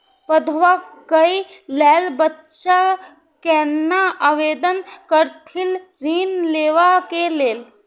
पढ़वा कै लैल बच्चा कैना आवेदन करथिन ऋण लेवा के लेल?